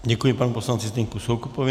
Děkuji panu poslanci Zdeňku Soukupovi.